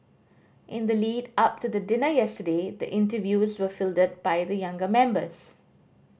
in the lead up to the dinner yesterday the interviews were fielded by the younger members